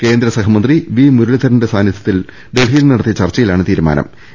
കേന്ദ്ര സഹമന്ത്രി വി മുരളീധരന്റെ സാന്നിധൃത്തിൽ ഡൽഹിയിൽ നടത്തിയ ചർച്ചയിലാണ് തീരുമാനം